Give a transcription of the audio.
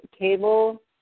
table